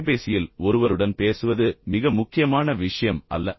எனவே கைபேசியில் ஒருவருடன் பேசுவது மிக முக்கியமான விஷயம் அல்ல